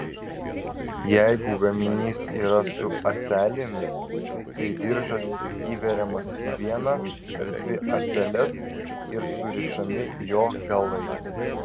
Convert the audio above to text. jeigu gaminys yra su ąselėmis tai diržas įveriamas į vieną ar dvi ąseles ir surišami jo galai